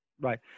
Right